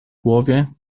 głowie